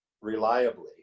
reliably